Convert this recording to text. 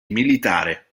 militare